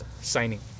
signing